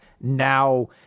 now